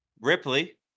Ripley